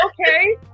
okay